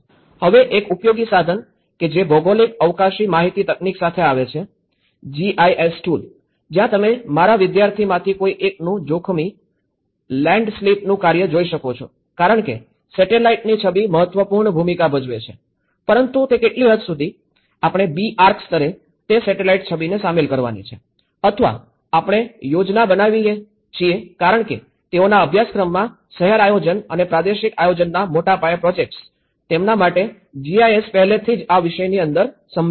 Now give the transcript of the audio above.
હવે એક ઉપયોગી સાધન કે જે ભૌગોલિક અવકાશી માહિતી તકનીક સાથે આવે છે જીઆઈએસ ટૂલ્સ જ્યાં તમે મારા વિદ્યાર્થીમાંથી કોઈ એકનું જોખમી લેન્ડસ્લિપનું કાર્ય જોઈ શકો છો કારણ કે સેટેલાઇટની છબી મહત્વપૂર્ણ ભૂમિકા ભજવે છે પરંતુ તે કેટલી હદ સુધી આપણે બી આર્ક સ્તરે તે સેટેલાઇટ છબીને શામેલ કરવાની છે અથવા આપણે યોજના બનાવીએ છીએ કારણ કે તેઓના અભ્યાસક્રમમાં શહેર આયોજન અથવા પ્રાદેશિક આયોજનના મોટા પાયે પ્રોજેક્ટ્સ તેમના માટે જીઆઈએસ પહેલેથી જ આ વિષયની અંદર સંમેલિત છે